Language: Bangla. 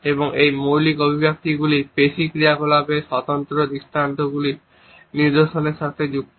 এবং এই মৌলিক অভিব্যক্তিগুলি পেশী ক্রিয়াকলাপের স্বতন্ত্র নিদর্শনগুলির সাথে যুক্ত